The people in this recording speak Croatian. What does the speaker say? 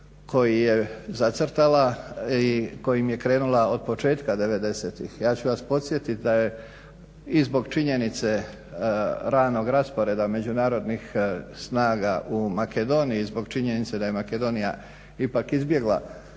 koji je zacrtala i kojim je krenula od početka devedesetih. Ja ću vas podsjetiti da je i zbog činjenice ranog rasporeda međunarodnih snaga u Makedoniji, zbog činjenice da je Makedonija ipak izbjegla